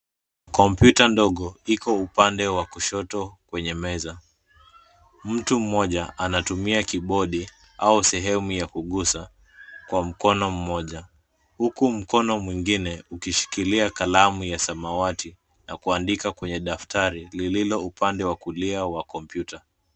Kompyuta ndogo iko upande wa kushoto kwenye meza. Mtu mmoja anatumia kibodi au sehemu ya kugusa kwa mkono mmoja huku mkono mwingine ukishikilia kalamu ya samawati na kuandika kwenye daftari lililo upande wa kulia wa kompyuta.